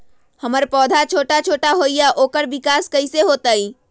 हमर पौधा छोटा छोटा होईया ओकर विकास कईसे होतई?